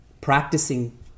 practicing